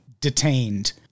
detained